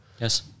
Yes